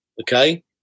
Okay